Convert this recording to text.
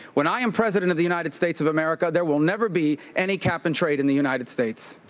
when i am president of the united states of america, there will never be any cap-and-trade in the united states.